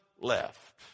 left